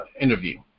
interview